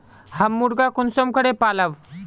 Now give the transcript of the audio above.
हम मुर्गा कुंसम करे पालव?